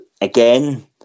again